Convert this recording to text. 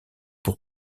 pour